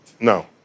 No